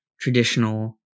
traditional